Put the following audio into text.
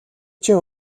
чинь